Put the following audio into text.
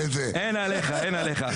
אין עליך, אין עליך.